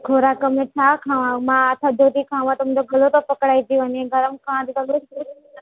ख़ोराक में छा खावां मां थधो थी खावा त मुंहिंजो गलो तो पकिड़ाए जी वञे ऐं गरम थी खावा थी त